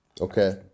Okay